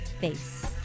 face